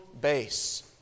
base